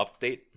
update